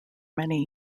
many